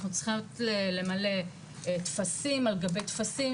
אנחנו צריכים למלא טפסים על גבי טפסים,